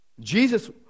Jesus